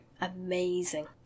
amazing